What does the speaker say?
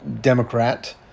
democrat